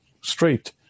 straight